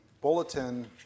bulletin